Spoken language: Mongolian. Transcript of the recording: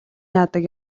яадаг